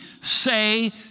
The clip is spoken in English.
say